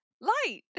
Light